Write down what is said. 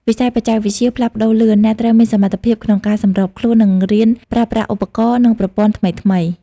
វិស័យបច្ចេកវិទ្យាផ្លាស់ប្តូរលឿន អ្នកត្រូវមានសមត្ថភាពក្នុងការសម្របខ្លួន និងរៀនប្រើប្រាស់ឧបករណ៍ និងប្រព័ន្ធថ្មីៗ។